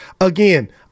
again